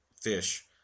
fish